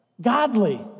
godly